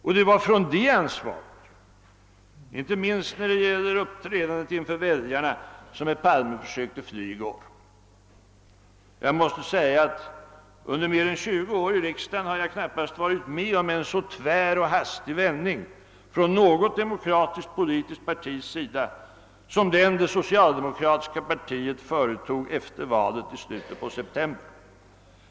Och det var från det ansvaret, icke minst när det gäller uppträdandet inför väljarna, som herr Palme försökte fly i går. Under mer än tjugo år i riksdagen har jag knappast varit med om en så tvär och hastig svängning från något demokratiskt politiskt partis sida som den det socialdemokratiska partiet företog efter valet i slutet på september.